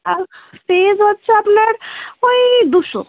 আর fees হচ্ছে আপনার ওই দুশো